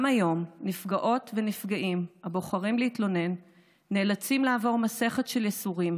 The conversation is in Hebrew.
גם היום נפגעות ונפגעים הבוחרים להתלונן נאלצים לעבור מסכת של ייסורים.